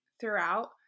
throughout